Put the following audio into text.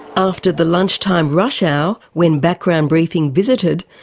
after the lunchtime rush hour when background briefing visited,